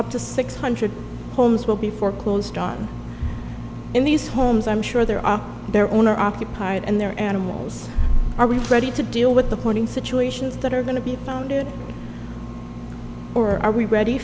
up to six hundred homes will be foreclosed on in these homes i'm sure there are their owner occupied and their animals are we ready to deal with the pointing situations that are going to be funded or are we ready